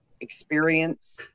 experience